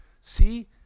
See